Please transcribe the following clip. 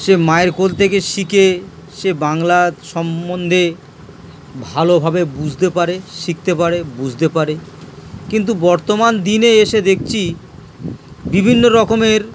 সে মায়ের কোল থেকে শিখে সে বাংলার সম্বন্ধে ভালোভাবে বুঝতে পারে শিখতে পারে বুঝতে পারে কিন্তু বর্তমান দিনে এসে দেখছি বিভিন্ন রকমের